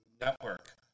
network